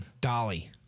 Dolly